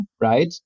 right